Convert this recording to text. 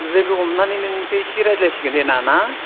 लोगो हमनानै नोंनिफ्राय एसे रायलायसिगोन दे ना ना